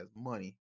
money